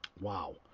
Wow